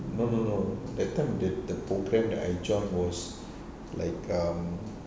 no no no that time the the program that I joined was like um